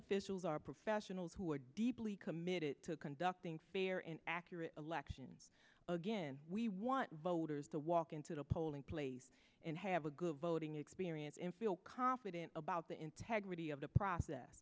officials are professionals who are deeply committed to conducting fair and accurate election again we want voters to walk into the polling place and have a good voting experience in feel confident about the integrity of the process